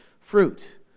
fruit